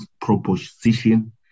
proposition